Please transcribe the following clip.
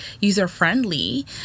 user-friendly